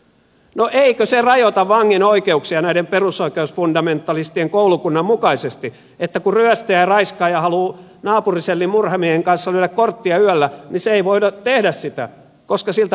no eikö se rajoita vangin oikeuksia näiden perusoikeusfundamentalistien koulukunnan mukaisesti että kun ryöstäjä ja raiskaaja haluaa naapurisellin murhamiehen kanssa lyödä korttia yöllä niin se ei voi tehdä sitä koska siltä pannaan selli kiinni